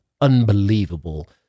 unbelievable